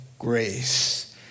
Grace